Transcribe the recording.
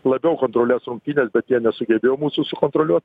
labiau kontroliuos rungtynes bet jie nesugebėjo mūsų sukontroliuot